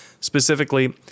specifically